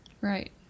Right